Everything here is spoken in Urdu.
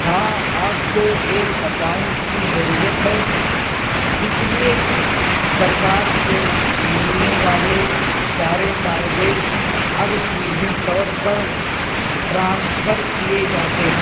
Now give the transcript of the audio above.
ہاں آپ کو ایک اکاؤنٹ کی ضرورت ہے اس لیے کہ سرکار سے ملنے والے سارے فائدے اب سیدھے طور پر ٹرانسفر کیے جاتے ہیں